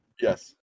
Yes